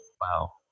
wow